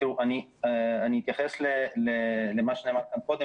תראו, אני אתייחס למה שנאמר כאן קודם.